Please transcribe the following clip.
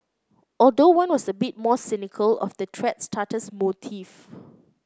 although one was a bit more cynical of the thread starter's motive